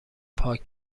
پاک